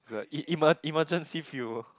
is a emer~ emergency fuel